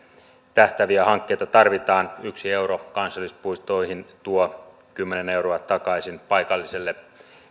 tähtääviä hankkeita tarvitaan yksi euro kansallispuistoihin tuo kymmenen euroa takaisin paikalliselle